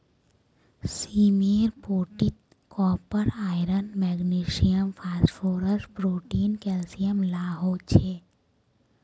सीमेर पोटीत copper, iron, magnesium, phosphorus, protein, calcium ला हो छे